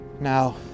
Now